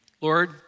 Lord